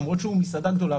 למרות שהוא מסעדה גדולה,